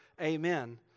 amen